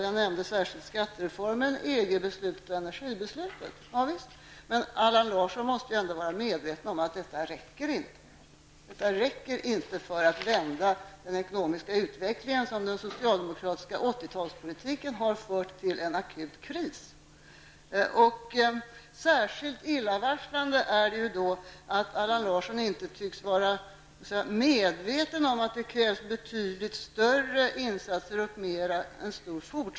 Jag pekade framför allt på skattereformen, EG-besluten och energibeslutet. Men Allan Larsson måste väl ändå vara medveten om att detta inte räcker för att vända den ekonomiska utveckling som är en följd av den socialdemokratiska 80-tals politiken och som lett till en akut kris. Särskilt illavarslande är att Allan Larsson inte tycks vara medveten om att det krävs betydligt större insatser.